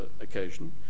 occasion